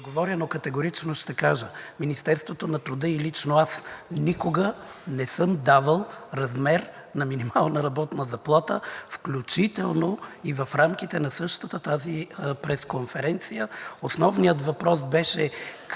отговоря, но категорично ще кажа: Министерството на труда и лично аз никога не съм давал размер на минималната работна заплата, включително в рамките на същата тази пресконференция. Основният въпрос беше